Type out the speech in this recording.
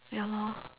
ya lor